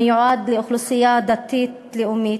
המיועד לאוכלוסייה דתית לאומית,